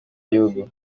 gihugu